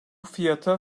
fiyata